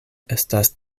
estas